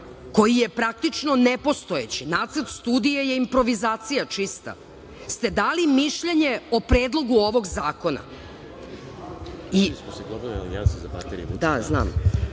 koji je praktično nepostojeći, nacrt studije je improvizacija čista, ste dali mišljenje o Predlogu ovog zakona. Moram samo